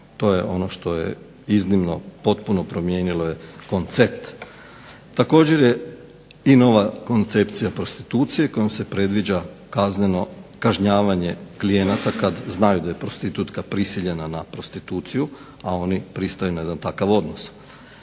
To je ono što je iznimno potpuno promijenilo koncept. Također je i nova koncepcija prostitucije kojom se predviđa kazneno kažnjavanje klijenata kad znaju da je prostitutka prisiljena na prostituciju, a oni pristaju na jedan takav odnos.